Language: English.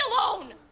alone